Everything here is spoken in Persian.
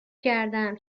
کردم